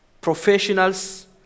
professionals